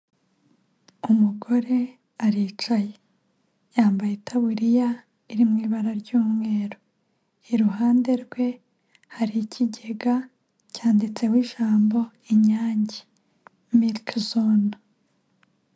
Umugore aricaye, yambaye itaburiya iri mu ibara ry'umweru, iruhande rwe hari ikigega cyanditseho ijambo Inyange mirike zone.